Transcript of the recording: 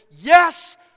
yes